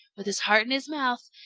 with his heart in his mouth,